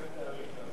אל תאריך.